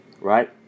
Right